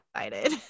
excited